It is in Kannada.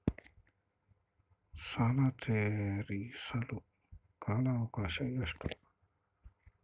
ಸಾಲ ತೇರಿಸಲು ಕಾಲ ಅವಕಾಶ ಎಷ್ಟು?